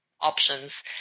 options